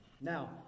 Now